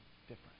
different